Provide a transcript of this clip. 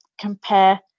compare